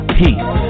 peace